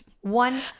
One